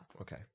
Okay